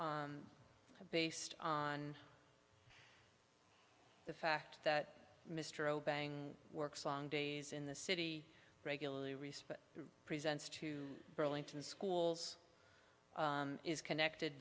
based on the fact that mr obeying works long days in the city regularly respond presents to burlington schools is connected